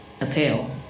appeal